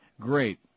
Great